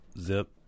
Zip